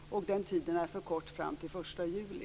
Den tiden är för kort fram till den 1 juli.